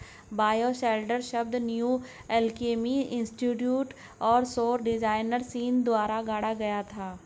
bioshelter शब्द new alchemy institute और सौर डिजाइनर सीन द्वारा गढ़ा गया था